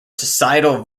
societal